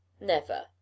Never